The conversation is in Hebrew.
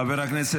ח"כ ינון אזולאי,